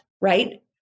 right